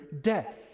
death